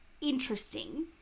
interesting